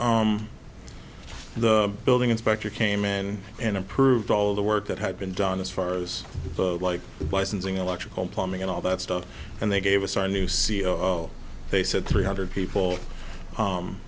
the building inspector came in and approved all the work that had been done as far as like licensing electrical plumbing and all that stuff and they gave us our new c e o they said three hundred people